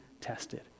tested